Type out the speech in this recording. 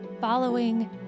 following